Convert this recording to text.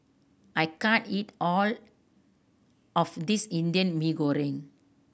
I can't eat all of this Indian Mee Goreng